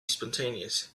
spontaneous